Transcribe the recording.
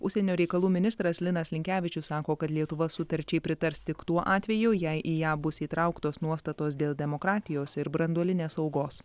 užsienio reikalų ministras linas linkevičius sako kad lietuva sutarčiai pritars tik tuo atveju jei į ją bus įtrauktos nuostatos dėl demokratijos ir branduolinės saugos